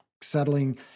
settling